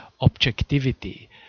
objectivity